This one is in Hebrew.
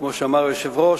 כמו שאמר היושב-ראש,